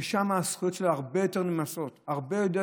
שהזכויות שלהם נרמסות הרבה יותר.